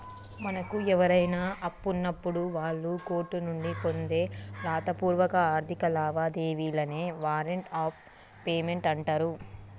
మనకు ఎవరైనా అప్పున్నప్పుడు వాళ్ళు కోర్టు నుండి పొందే రాతపూర్వక ఆర్థిక లావాదేవీలనే వారెంట్ ఆఫ్ పేమెంట్ అంటరు